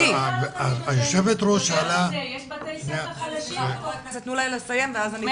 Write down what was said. יש גם בתי ספר חלשים ויש